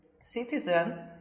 citizens